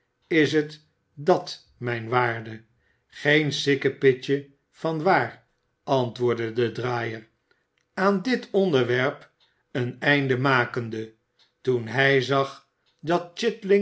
is het dat mijn waarde geen sikkepitje van waar antwoordde de draaier aan d i t onderwerp een einde makende toen hij zag dat